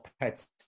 pets